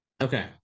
Okay